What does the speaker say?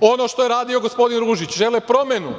ono što je radio gospodin Ružić. Žele promenu.